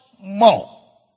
more